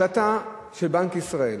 החלטה של בנק ישראל,